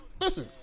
listen